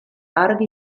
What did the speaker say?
argi